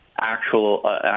actual